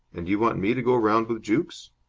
and you want me to go round with jukes?